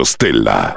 Stella